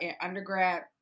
undergrad